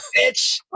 bitch